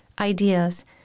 ideas